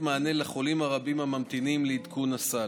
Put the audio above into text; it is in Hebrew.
מענה לחולים הרבים הממתינים לעדכון הסל.